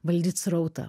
valdyt srautą